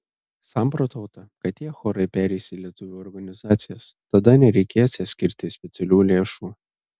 samprotauta kad tie chorai pereis į lietuvių organizacijas tada nereikėsią skirti specialių lėšų